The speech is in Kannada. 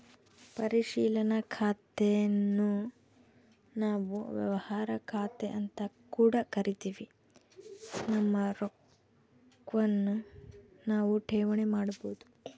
ಪರಿಶೀಲನಾ ಖಾತೆನ್ನು ನಾವು ವ್ಯವಹಾರ ಖಾತೆಅಂತ ಕೂಡ ಕರಿತಿವಿ, ನಮ್ಮ ರೊಕ್ವನ್ನು ನಾವು ಠೇವಣಿ ಮಾಡಬೋದು